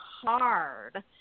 hard